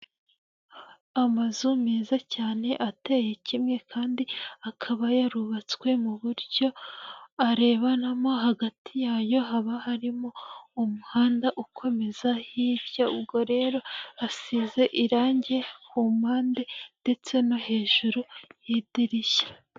Amazu meza cyane ateye kimwe kandi akaba yarubatswe mu buryo arebanamo hagati yayo haba harimo umuhanda ukomeza hirya, ubwo rero hasize irange ku mpande ndetse no hejuru y'idirishya.